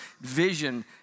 vision